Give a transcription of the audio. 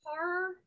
horror